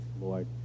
Lord